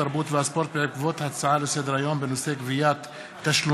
התרבות והספורט בעקבות דיון בהצעות לסדר-היום של חברי הכנסת